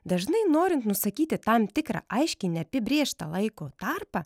dažnai norint nusakyti tam tikrą aiškiai neapibrėžtą laiko tarpą